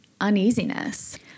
uneasiness